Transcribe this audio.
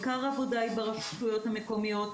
עיקר העבודה היא ברשויות המקומיות.